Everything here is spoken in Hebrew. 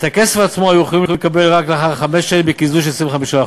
את הכסף עצמו היו יכולים לקבל רק לאחר חמש שנים בקיזוז 25%,